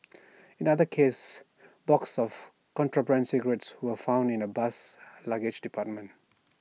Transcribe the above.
in another case boxes of contraband cigarettes were found in A bus's luggage department